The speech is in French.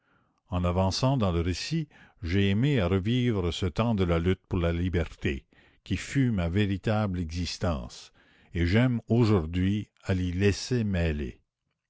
en avançant dans le récit j'ai aimé à revivre ce temps de la lutte pour la liberté qui fut ma véritable existence et j'aime aujourd'hui à l'y laisser mêlée